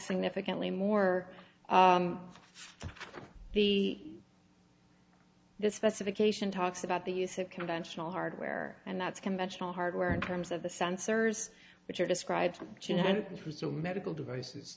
significantly more of the this specification talks about the use of conventional hardware and that's conventional hardware in terms of the sensors which are described and pursue medical devices